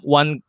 one